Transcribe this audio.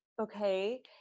okay